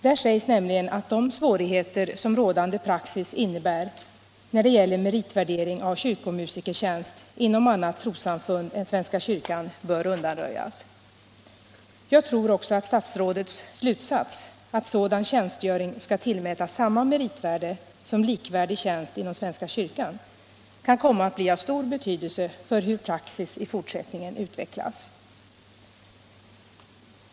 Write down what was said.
Där sägs nämligen: ”De svårigheter härvidlag som rådande praxis innebär i fråga om meritvärdering av kyrkomusikalisk tjänst inom annat trossamfund än svenska kyrkan bör enligt min mening undanröjas.” Jag tror också att statsrådets slutsats att sådan tjänstgöring skall tillmätas samma meritvärde som likvärdig tjänst inom svenska kyrkan kan komma att bli av stor betydelse för hur praxis i fortsättningen utvecklas.